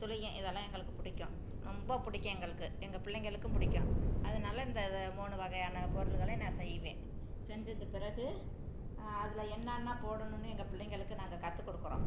சுழியம் இதெல்லாம் எங்களுக்கு பிடிக்கும் ரொம்ப பிடிக்கும் எங்களுக்கு எங்கள் பிள்ளைகளுக்கு பிடிக்கும் அதனால் இந்த இதை மூணு வகையான பொருட்களை நான் செய்வேன் செஞ்சு வச்ச பிறகு அதில் என்னென்ன போடணுன்னு எங்கள் பிள்ளைகளுக்கு நாங்கள் கற்று கொடுக்குறோம்